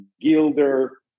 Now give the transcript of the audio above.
Gilder